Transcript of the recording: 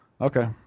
okay